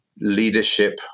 leadership